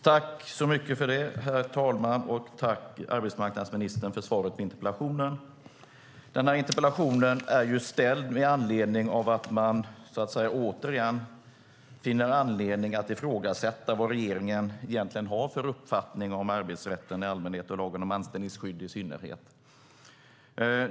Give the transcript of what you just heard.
Herr talman! Jag tackar arbetsmarknadsministern för svaret på interpellationen. Denna interpellation är ställd med anledning av att man återigen finner anledning att ifrågasätta vad regeringen egentligen har för uppfattning om arbetsrätten i allmänhet och lagen om anställningsskydd i synnerhet.